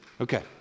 Okay